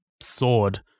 sword